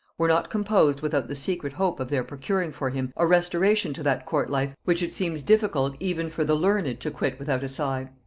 were not composed without the secret hope of their procuring for him a restoration to that court life which it seems difficult even for the learned to quit without a sigh.